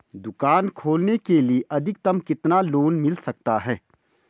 दुकान खोलने के लिए अधिकतम कितना लोन मिल सकता है?